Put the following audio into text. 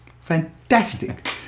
Fantastic